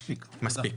מספיק.